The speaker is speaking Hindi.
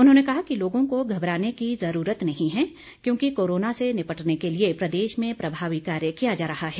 उन्होंने कहा कि लोगों को घबराने की ज़रूरत नहीं है क्योंकि कोरोना से निपटने के लिए प्रदेश में प्रभावी कार्य किया जा रहा है